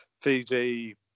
Fiji